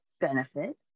benefit